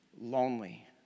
lonely